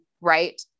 right